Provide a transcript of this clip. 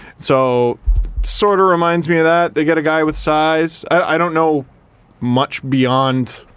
so sort of reminds me of that, they get a guy with size, i don't know much beyond